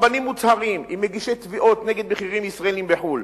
סרבנים מוצהרים עם מגישי תביעות נגד בכירים ישראלים בחוץ-לארץ.